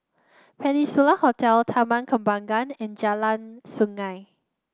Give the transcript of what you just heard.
Peninsula Hotel Taman Kembangan and Jalan Sungei